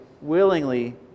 willingly